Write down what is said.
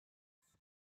five